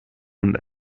und